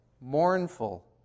mournful